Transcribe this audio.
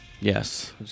Yes